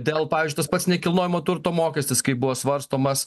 dėl pavyzdžiui tas pats nekilnojamo turto mokestis kaip buvo svarstomas